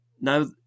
Now